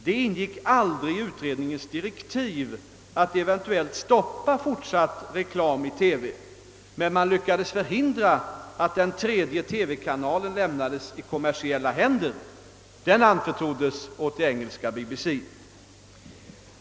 Det ingick aldrig i utredningens direktiv att eventuellt stoppa fortsatt reklam i TV, men man lyckades förhindra att den tredje TV-kanalen lämnades i kommersiella händer; den anförtroddes åt BBC.